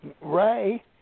Ray